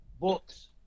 books